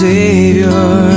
Savior